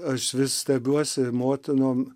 aš vis stebiuosi motinom